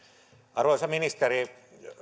arvoisa ministeri